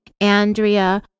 andrea